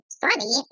funny